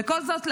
וכל זאת למה?